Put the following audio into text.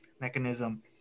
mechanism